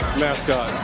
mascot